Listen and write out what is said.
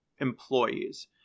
employees